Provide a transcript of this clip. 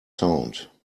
sound